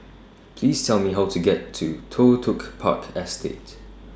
Please Tell Me How to get to Toh Tuck Park Estate